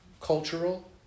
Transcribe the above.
cultural